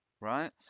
right